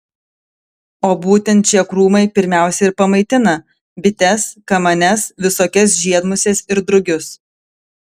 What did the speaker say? o būtent šie krūmai pirmiausia ir pamaitina bites kamanes visokias žiedmuses ir drugius